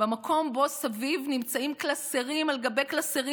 במקום שבו סביב נמצאים קלסרים על גבי קלסרים